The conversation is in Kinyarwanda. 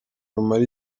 rumara